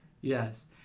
Yes